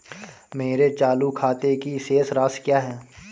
मेरे चालू खाते की शेष राशि क्या है?